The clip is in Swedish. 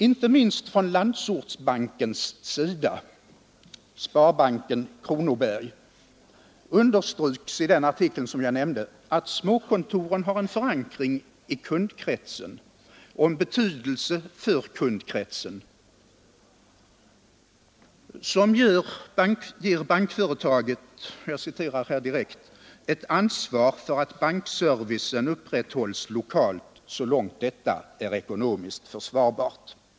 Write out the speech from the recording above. Inte minst från landsortssparbankens, Sparbanken Kronobergs, sida understryks i den artikel som jag nämnde att småkontoren har en förankring i kundkretsen och en betydelse för den, som ger bankföretaget ”ett ansvar för att bankservicen upprätthålls lokalt så långt detta är ekonomiskt försvarbart”.